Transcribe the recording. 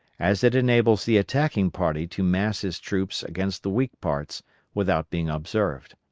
as it enables the attacking party to mass his troops against the weak parts without being observed.